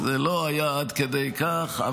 זה לא היה עד כדי כך.